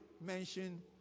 mention